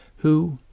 who,